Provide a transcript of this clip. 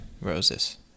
Roses